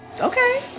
Okay